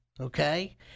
okay